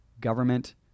government